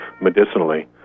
medicinally